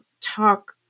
talk